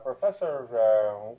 Professor